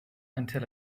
until